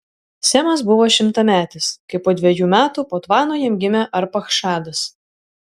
semas buvo šimtametis kai po dvejų metų po tvano jam gimė arpachšadas